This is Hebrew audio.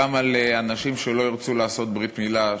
גם על אנשים שלא ירצו לעשות ברית-מילה,